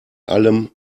allem